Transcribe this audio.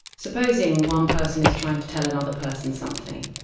supposing one person is trying to tell another person something,